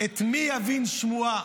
"את מי יבין שמועה".